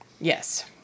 Yes